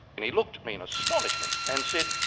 and he looked at me in astonishment, and said,